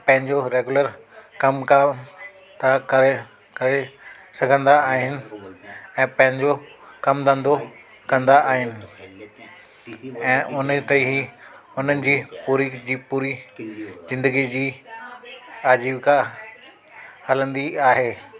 पंहिंजो रैगुलर कमकार था करे करे सघंदा आहिनि ऐं पंहिंजो कमु धंधो कंदा आहिनि ऐं हुनजे त ई हुननि जी पूरी जी पूरी ज़िंदगी जी आजीविका हलंदी आहे